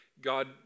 God